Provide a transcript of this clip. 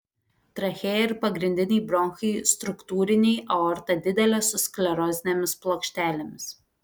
trachėja ir pagrindiniai bronchai struktūriniai aorta didelė su sklerozinėmis plokštelėmis